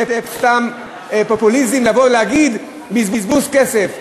זה סתם פופוליזם לבוא ולהגיד: בזבוז כסף.